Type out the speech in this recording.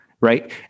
right